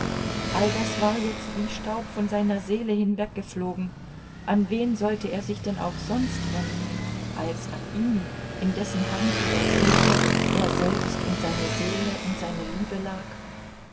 all das war jetzt wie staub von seiner seele hinweggeflogen an wen sollte er sich denn auch sonst wenden als an ihn in dessen hand wie er fühlte er selbst und seine seele und seine liebe lag